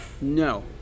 No